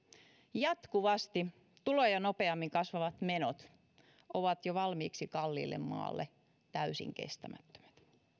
jatkuvasti tuloja nopeammin kasvavat menot ovat jo valmiiksi kalliille maalle täysin kestämättömät